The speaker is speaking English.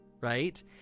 right